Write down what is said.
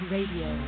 Radio